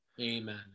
amen